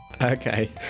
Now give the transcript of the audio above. Okay